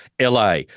LA